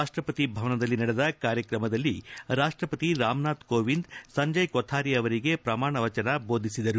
ರಾಷ್ಟಪತಿ ಭವನದಲ್ಲಿ ನಡೆದ ಕಾರ್ಯಕ್ರಮದಲ್ಲಿ ರಾಷ್ಟಪತಿ ರಾಮನಾಥ್ ಕೋವಿಂದ್ ಸಂಜಯ್ ಕೊಥಾರಿ ಅವರಿಗೆ ಪ್ರಮಾಣ ವಚನ ಬೋಧಿಸಿದರು